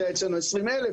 זה היה אצלנו 20,000,